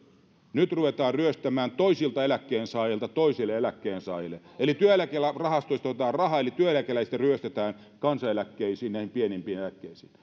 nyt ruvetaan ryöstämään toisilta eläkkeensaajilta toisille eläkkeensaajille eli työeläkerahastoista otetaan rahaa eli työeläkeläisiltä ryöstetään kansaneläkkeisiin näihin pienimpiin eläkkeisiin